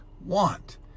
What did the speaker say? want